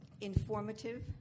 informative